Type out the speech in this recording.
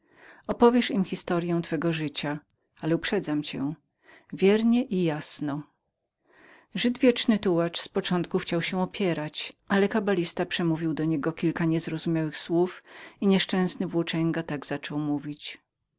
opowiesz im historyą twego życia ale uprzedzam cię wiernie i jasno żyd wieczny tułacz z początku chciał się opierać ale kabalista przemówił do niego kilka niezrozumiałych słów i nieszczęsny włóczęga tak zaczął mówić